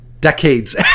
decades